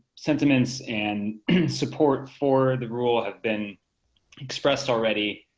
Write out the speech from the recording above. sentiments and support for the rule have been expressed already,